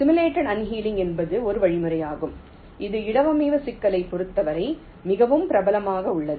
simulated annealing என்பது ஒரு வழிமுறையாகும் இது இடவமைவு சிக்கலைப் பொறுத்தவரை மிகவும் பிரபலமாக உள்ளது